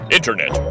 Internet